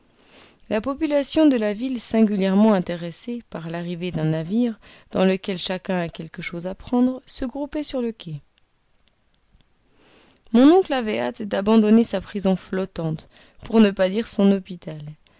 la population de la ville singulièrement intéressée par l'arrivée d'un navire dans lequel chacun a quelque chose à prendre se groupait sur le quai mon oncle avait hâte d'abandonner sa prison flottante pour ne pas dire son hôpital